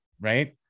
right